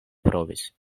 provis